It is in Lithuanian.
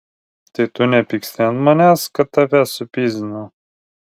tai tu nepyksti ant manęs kad tave supyzdinau